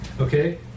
Okay